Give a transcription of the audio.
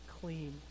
clean